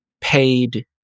paid